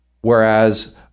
Whereas